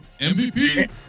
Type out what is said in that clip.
MVP